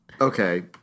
Okay